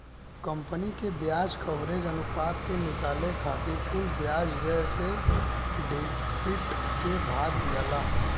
company के ब्याज coverage अनुपात के निकाले खातिर कुल ब्याज व्यय से ईबिट के भाग दियाला